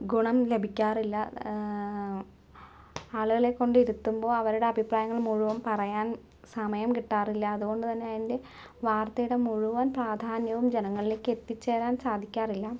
ഗുണം ലഭിക്കാറില്ല ആളുകളെ കൊണ്ടിരുത്തുമ്പോൾ അവരുടെ അഭിപ്രായങ്ങള് മുഴുവന് പറയാൻ സമയം കിട്ടാറില്ല അതുകൊണ്ട് തന്നെ അതിൻ്റെ വാർത്തയുടെ മുഴുവൻ പ്രാധാന്യവും ജനങ്ങളിലേക്ക് എത്തിച്ചേരാൻ സാധിക്കാറില്ല